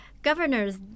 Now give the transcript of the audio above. Governors